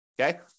okay